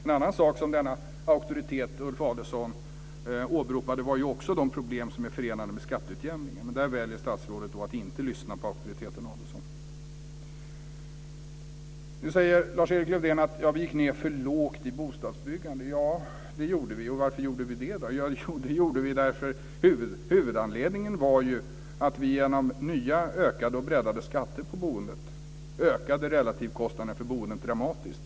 En annan sak som denna auktoritet, Ulf Adelsohn, åberopade var de problem som är förenade med skatteutjämningen. Men i det fallet väljer statsrådet att inte lyssna på auktoriteten Adelsohn. Lars-Erik Lövdén säger nu att vi gick ned för lågt i bostadsbyggandet. Ja, det gjorde vi. Varför gjorde vi det då? Jo, huvudanledningen var ju att vi genom nya ökade och breddade skatter på boendet ökade relativkostnaderna för boendet dramatiskt.